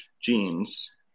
genes